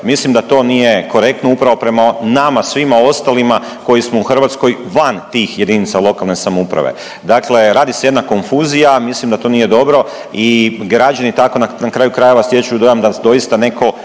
mislim da to nije korektno upravo prema nama svima ostalima koji smo u Hrvatskoj van tih jedinica lokalne samouprave. Dakle, radi se jedna konfuzija. Mislim da to nije dobro i građani tako na kraju krajeva stječu dojam da doista netko